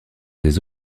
des